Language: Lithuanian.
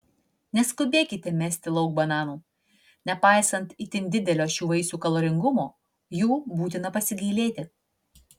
neskubėkite mesti lauk bananų nepaisant itin didelio šių vaisių kaloringumo jų būtina pasigailėti